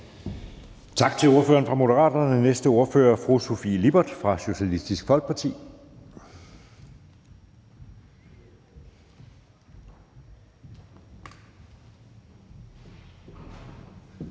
Tak til ordføreren for Moderaterne. Næste ordfører er fru Sofie Lippert fra Socialistisk Folkeparti.